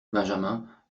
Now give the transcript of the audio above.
benjamin